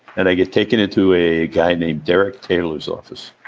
and i get taken into a guy named derek taylor's office,